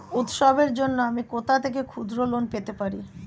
উৎসবের জন্য আমি কোথা থেকে ক্ষুদ্র লোন পেতে পারি?